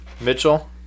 Mitchell